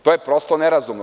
To je prosto nerazumno.